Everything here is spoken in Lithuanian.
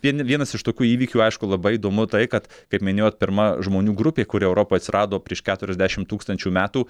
vien vienas iš tokių įvykių aišku labai įdomu tai kad kaip minėjot pirma žmonių grupė kuri europoj atsirado prieš keturiasdešim tūkstančių metų